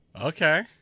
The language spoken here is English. Okay